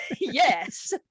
Yes